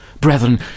Brethren